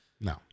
No